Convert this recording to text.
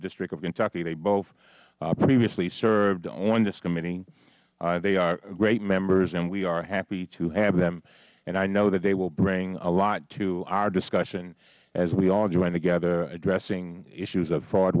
district of kentucky they both previously served on this committee they are great members and we are happy to have them and i know that they will bring a lot to our discussion as we all join together addressing issues of fraud